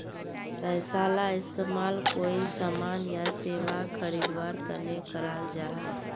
पैसाला इस्तेमाल कोए सामान या सेवा खरीद वार तने कराल जहा